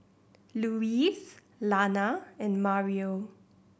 Louise Lana and Mario